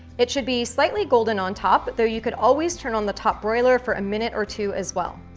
it should be slightly golden on top though you could always turn on the top broiler for a minute or two, as well.